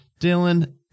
Dylan